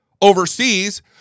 overseas